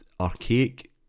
archaic